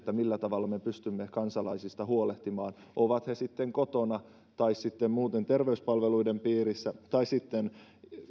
millä tavalla me pystymme kansalaisista huolehtimaan ovat he sitten kotona tai muuten terveyspalveluiden piirissä tai sitten